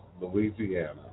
Louisiana